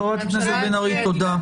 חברת הכנסת בן ארי, תודה.